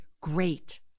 great